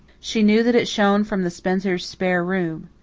she knew that it shone from the spencers' spare room.